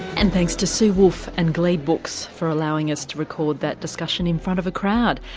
and thanks to sue woolfe and gleebooks for allowing us to record that discussion in front of a crowd.